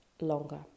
longer